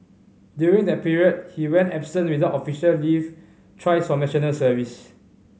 during that period he went absent without official leave thrice from National Service